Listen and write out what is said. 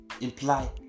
imply